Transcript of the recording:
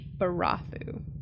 Barathu